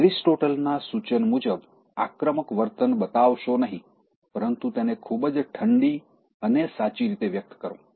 Aristotle ના સૂચન મુજબ આક્રમક વર્તન બતાવશો નહીં પરંતુ તેને ખૂબ જ ઠંડી અને સાચી રીતે વ્યક્ત કરો